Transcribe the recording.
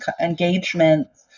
engagements